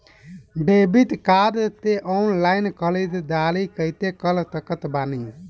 Debit card से online ख़रीदारी कैसे कर सकत बानी?